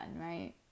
right